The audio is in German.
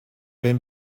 wenn